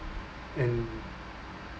and